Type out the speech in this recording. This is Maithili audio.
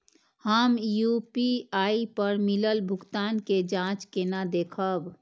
हम यू.पी.आई पर मिलल भुगतान के जाँच केना देखब?